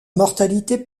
mortalité